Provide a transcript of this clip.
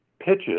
pitches